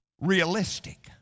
realistic